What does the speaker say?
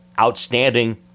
outstanding